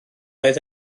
oedd